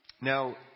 Now